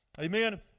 amen